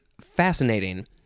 fascinating